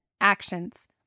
Actions